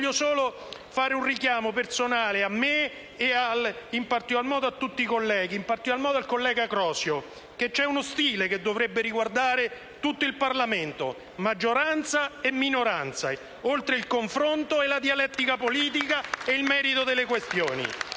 Voglio solo rivolgere un richiamo personale, a me stesso e a tutti i colleghi, in particolare al senatore Crosio: c'è uno stile che dovrebbe riguardare tutto il Parlamento, maggioranza e minoranza, oltre il confronto, la dialettica politica e il merito delle questioni.